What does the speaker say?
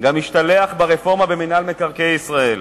גם השתלח ברפורמה במינהל מקרקעי ישראל.